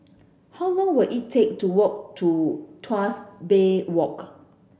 how long will it take to walk to Tuas Bay Walk